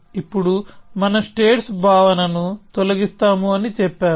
ఇప్పుడు మనం స్టేట్స్ భావనను తొలగిస్తాము అని చెప్పాము